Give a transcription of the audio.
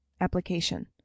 Application